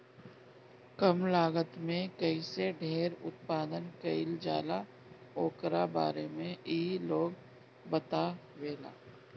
कम लागत में कईसे ढेर उत्पादन कईल जाला ओकरा बारे में इ लोग बतावेला